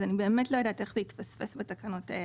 אז אני באמת לא יודעת איך זה התפספס בתקנות האלה.